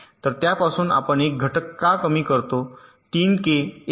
तर त्यापासून आपण एक घटक का कमी करतो 3 के 1